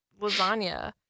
lasagna